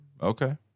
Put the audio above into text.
Okay